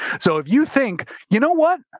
so if you think, you know what,